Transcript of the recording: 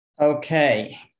Okay